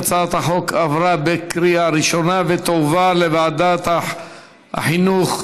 הצעת החוק עברה בקריאה ראשונה ותועבר לוועדת החינוך,